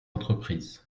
entreprises